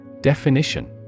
Definition